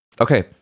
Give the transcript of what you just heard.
Okay